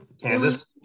Kansas